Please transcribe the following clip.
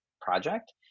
project